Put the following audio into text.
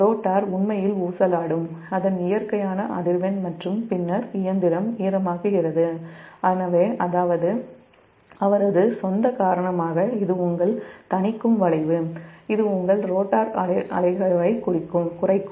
rotor உண்மையில் ஊசலாடும் அதன் இயற்கையான அதிர்வெண் மற்றும் பின்னர் இயந்திரம் ஈரமாக்குகிறது எனவே அவரது சொந்த காரணமாக இது உங்கள் தணிக்கும் விளைவு இது உங்கள் ரோட்டார் அலைவைக் குறைக்கும்